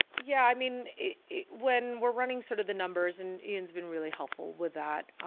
yeah, i mean it when we're running sort of the numbers and it's been really helpful with that.